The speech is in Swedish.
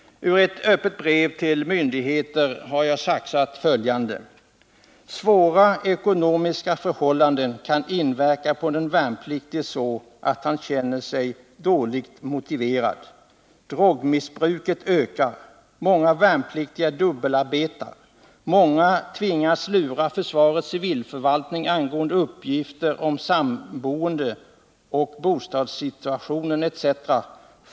Ur ett öppet brev till myndigheterna vill jag saxa följande: ”Svåra ekonomiska förhållanden kan inverka på den värnpliktiga så att han känner sig dåligt motiverad. Drogmissbruket ökar. Många värnpliktiga dubbelarbetar. Många tvingas lura försvarets civilförvaltning angående uppgifter om sammanboende och bostadssituation etc.